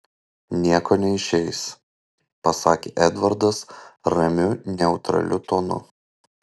nieko neišeis pasakė edvardas ramiu neutraliu tonu